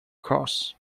cross